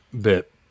bit